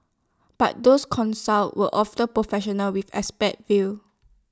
but those consulted were often professionals with expert views